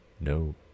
No